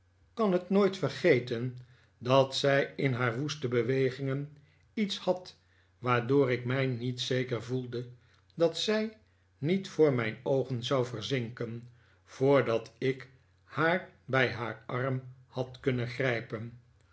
kan het nooit vergeten dat zij in haar woeste bewegingen iets had waardoor ik mij niet zeker voelde dat zij niet voor mijn oogen zou verzinken voordat ik haar bij haar arm had kunnen grijpen